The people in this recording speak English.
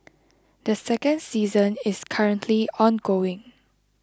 the second season is currently ongoing